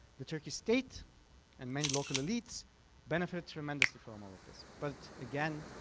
the turkish state and many local elites benefit tremendously from all of this. but again,